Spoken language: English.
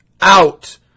Out